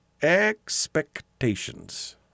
Expectations